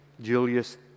Julius